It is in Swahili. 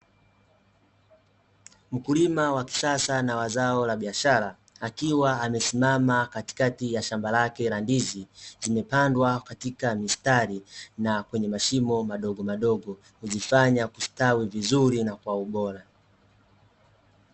Mkulima wa kisasa na wa zao la biashara akiwa amesimama katikati ya shamba lake la ndizi; zimepandwa katika mistari na kwenye mashimo madogomadogo, kuzifanya kustawi vizuri na kwa ubora.